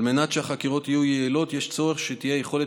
על מנת שהחקירות יהיו יעילות יש צורך שתהיה יכולת